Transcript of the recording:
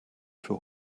für